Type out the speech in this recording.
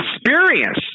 experience